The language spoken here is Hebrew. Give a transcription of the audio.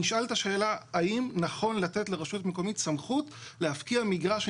נשאלת השאלה האם נכון לתת לרשות מקומית סמכות להפקיע מגרש.